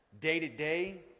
day-to-day